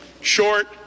short